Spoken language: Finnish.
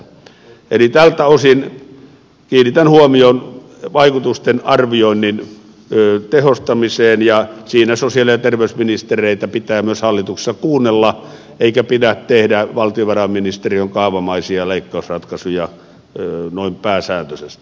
eli tältä osin kiinnitän huomion vaikutusten arvioinnin tehostamiseen ja siinä sosiaali ja terveysministereitä pitää myös hallituksessa kuunnella eikä pidä tehdä valtiovarainministeriön kaavamaisia leikkausratkaisuja noin pääsääntöisesti